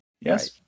yes